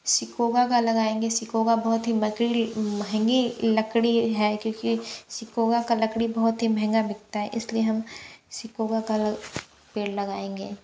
sequoia का लगाएंगे sequoia बहुत ही महंगी लकड़ी है क्योंकि सिकोया का लकड़ी बहुत ही महंगा बिकता है इसलिए हम सिकोया का पेड़ लगाएंगे